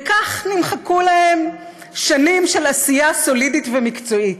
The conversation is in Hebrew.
וכך נמחקו להן שנים של עשייה סולידית ומקצועית.